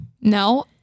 no